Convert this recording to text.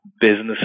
Business